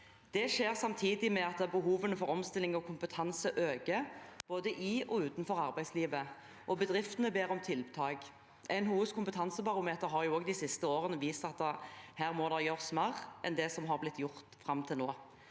Det skjer samtidig med at behovene for omstilling og kompetanse øker, både i og utenfor arbeidslivet, og bedriftene ber om tiltak. NHOs kompetansebarometer har de siste årene vist at det her må gjøres mer enn det som har blitt gjort fram til nå.